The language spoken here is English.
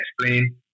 explain